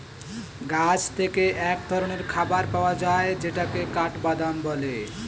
গাছ থেকে এক ধরনের খাবার পাওয়া যায় যেটাকে কাঠবাদাম বলে